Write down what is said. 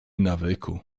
nawyku